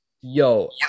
Yo